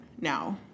now